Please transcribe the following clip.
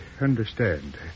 understand